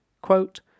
Quote